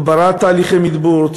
הגברת תהליכי מדבור,